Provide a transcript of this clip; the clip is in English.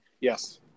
Yes